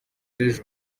ejo